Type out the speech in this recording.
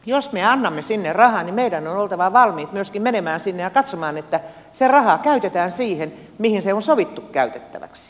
jos me annamme sinne rahaa niin meidän on oltava valmiit myöskin menemään sinne ja katsomaan että se raha käytetään siihen mihin se on sovittu käytettäväksi